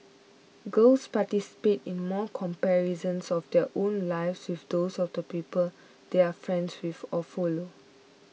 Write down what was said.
girls participate in more comparisons of their own lives with those of the people they are friends with or follow